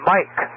Mike